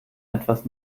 etwas